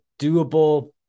doable